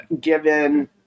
given